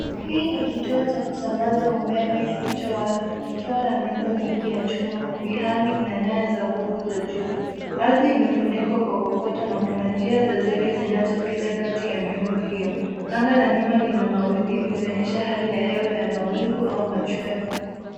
Hii ni kituo cha kusambaza umeme kilicho wazi kikiwa na miundo mingi ya chuma, vihami na nyaya za nguvu za juu. Ardhi imefunikwa kwa kokoto na kuna njia za zege zinazopita kati ya miundo hiyo. Anga la nyuma lina mawingu likionyesha hali ya hewa ya mawingu au machweo.